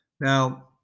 Now